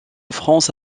france